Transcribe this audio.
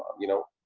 you know